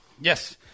Yes